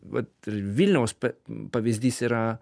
vat ir vilniaus pa pavyzdys yra